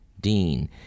Dean